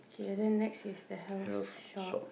okay then next is the health shop